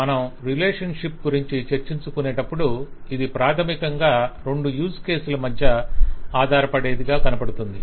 మనం రిలేషన్షిప్ గురించి చర్చించుకునేటప్పుడు ఇది ప్రాథమికంగా రెండు యూజ్ కేసు ల మధ్య ఆధారపడేదిగా కనపడుతుంది